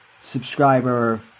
subscriber